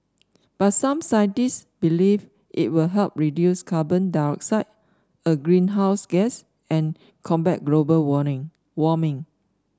but some scientists believe it will help reduce carbon dioxide a greenhouse gas and combat global warning warming